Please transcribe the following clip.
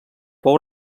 fou